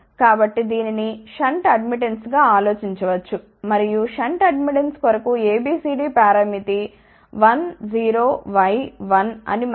కాబట్టి దీనిని shunt admittance గా ఆలోచించవచ్చు మరియు షంట్ అడ్మిటెన్స్ కొరకు ABCD పారామితి 1 0 y 1 అని మనకు తెలుసు